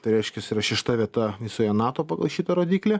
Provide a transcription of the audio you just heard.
tai reiškias yra šešta vieta visoje nato pagal šitą rodiklį